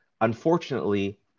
unfortunately